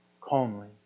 calmly